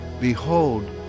Behold